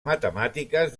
matemàtiques